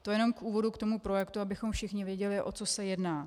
To jenom k úvodu k tomu projektu, abychom všichni věděli, o co se jedná.